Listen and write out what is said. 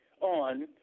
on